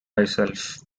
myself